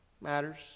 matters